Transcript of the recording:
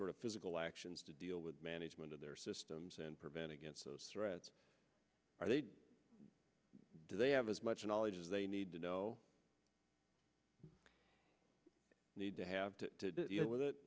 sort of physical actions to deal with management of their systems and prevent against those threats are they do they have as much knowledge as they need to know need to have to deal with it